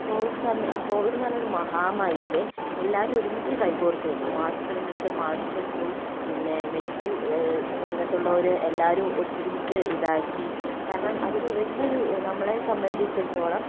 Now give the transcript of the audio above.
Covid സമയ Covid എന്ന് പറഞ്ഞ ഒരു മഹാമാരിയില് എല്ലാവരും ഒരുമ്മിച്ചു കൈകോര്ത്തു നിന്നു മാസ്ക് ഇടണ്ടിടത്ത് മാസ്ക് ഇട്ടു പിന്നെ മെഡിക്കല് രംഗത്തുള്ളവര് എല്ലാവരും ഒത്തൊരുമ്മിച്ചു ഇതാക്കി കാരണം അത് വലിയൊരു നമ്മളെ സംബന്ധിച്ചടുത്തോളം